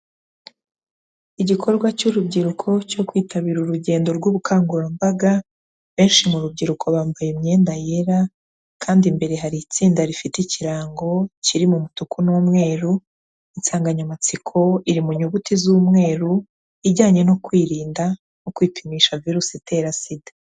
Igikorwa cy'urubyiruko cyo kwitabira urugendo rw'ubukangurambaga, benshi mu rubyiruko bambaye imyenda yera kandi imbere hari itsinda rifite ikirango kiri mu mutuku n'umweru, insanganyamatsiko iri mu nyuguti z'umweru, ijyanye no kwirinda no kwipimisha virusi itera SIDA.